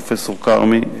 פרופסור כרמי,